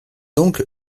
donc